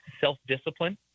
self-discipline